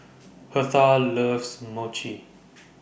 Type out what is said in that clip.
Hertha loves Mochi